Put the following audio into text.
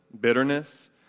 bitterness